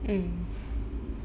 mm